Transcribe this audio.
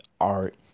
art